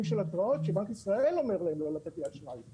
של התראות שבנק ישראל אומר לו לא לתת לי אשראי.